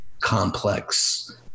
complex